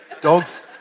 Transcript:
Dogs